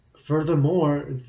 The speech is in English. Furthermore